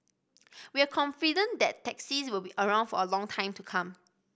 we are confident that taxis will be around for a long time to come